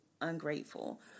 ungrateful